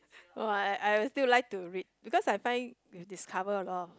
oh I I I would still like to read because I find we discover a lot of